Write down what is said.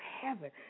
heaven